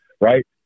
right